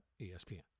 ESPN